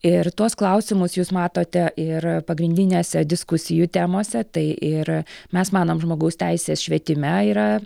ir tuos klausimus jūs matote ir pagrindinėse diskusijų temose tai ir mes manom žmogaus teisės švietime yra